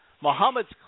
Muhammad's